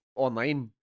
Online